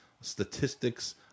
statistics